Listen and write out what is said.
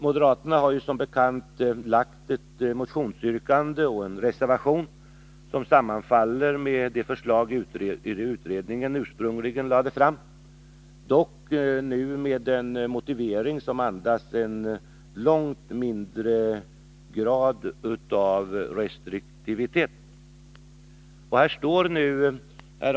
Moderaterna har ju som bekant lagt fram ett motionsyrkande och en reservation som sammanfaller med de förslag utredningen ursprungligen lade fram, dock med en motivering som andas en långt mindre grad av restriktivitet.